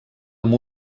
amb